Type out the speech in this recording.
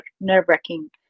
nerve-wracking